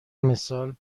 مثال